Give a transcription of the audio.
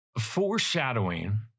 foreshadowing